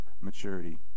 maturity